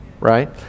Right